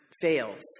fails